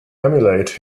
emulate